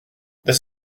this